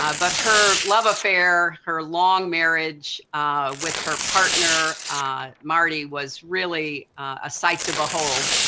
ah but her love affair, her long marriage with her partner marty was really a sight to behold,